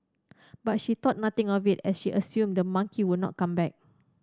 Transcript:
but she thought nothing of it as she assumed the monkey would not come back